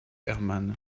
herman